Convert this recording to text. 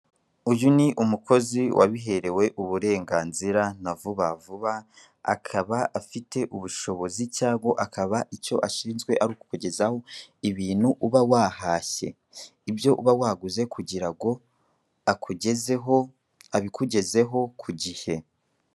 Uyu ni umukozi wabiherewe uburenganzira na Vuba vuba. Akaba afite ubushobozi cyangwa akaba icyo ashinzwe arukukugezaho ibintu ubawahashye. Ibyo uba waguze kugirango akugezeho abikugezeho ku gihe.